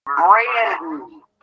brandy